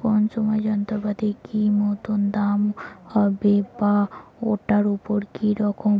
কোন সময় যন্ত্রপাতির কি মতন দাম হবে বা ঐটার উপর কি রকম